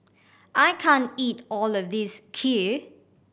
I can't eat all of this Kheer